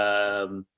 um, um,